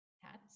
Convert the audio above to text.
hats